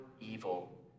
evil